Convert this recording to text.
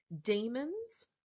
Demons